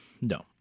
no